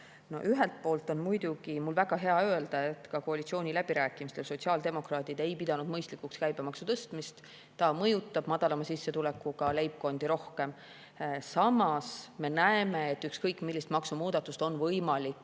Ühelt poolt on mul muidugi väga hea öelda, et ka koalitsiooniläbirääkimistel ei pidanud sotsiaaldemokraadid mõistlikuks käibemaksu tõstmist. See mõjutab väiksema sissetulekuga leibkondi rohkem. Samas me näeme, et ükskõik millist maksumuudatust on võimalik